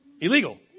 Illegal